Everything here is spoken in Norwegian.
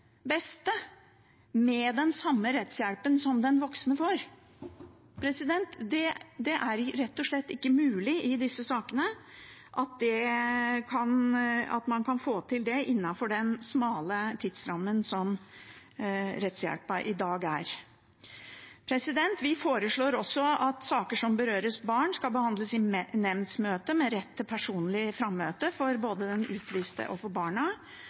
med den samme rettshjelpen som den voksne får. Det er rett og slett ikke mulig at man kan få til det i disse sakene innenfor den smale tidsrammen som rettshjelpen i dag gir. Vi foreslår også at saker som berører barn, skal behandles i nemndsmøte med rett til personlig frammøte for både den utviste og